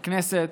בכנסת